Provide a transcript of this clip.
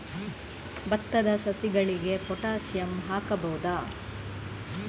ಭತ್ತದ ಸಸಿಗಳಿಗೆ ಪೊಟ್ಯಾಸಿಯಂ ಹಾಕಬಹುದಾ?